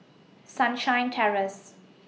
Sunshine Terrace